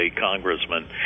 congressman